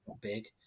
big